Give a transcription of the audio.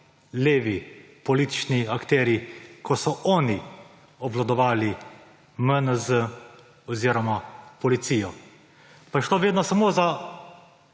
levi politični akterji, ko so oni obvladovali MNZ oziroma policijo. Pa je šlo vedno samo za